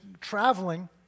traveling